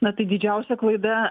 na tai didžiausia klaida